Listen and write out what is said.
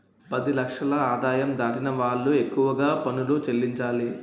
పది లక్షల ఆదాయం దాటిన వాళ్లు ఎక్కువగా పనులు చెల్లించాలి